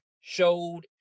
showed